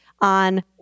on